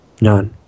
None